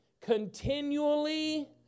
Continually